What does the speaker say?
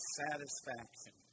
satisfaction